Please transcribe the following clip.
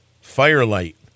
firelight